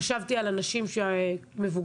חשבתי על אנשים מבוגרים,